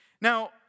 Now